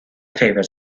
favourite